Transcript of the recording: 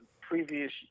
previous